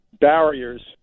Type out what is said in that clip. barriers